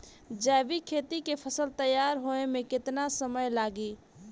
जैविक खेती के फसल तैयार होए मे केतना समय लागी?